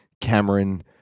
Cameron